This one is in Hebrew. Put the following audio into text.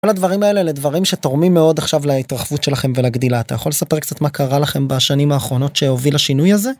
כל הדברים האלה, אלה דברים שתורמים מאוד עכשיו להתרחבות שלכם ולגדילה. אתה יכול לספר קצת מה קרה לכם בשנים האחרונות שהוביל השינוי הזה?